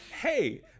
hey